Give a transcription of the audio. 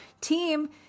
team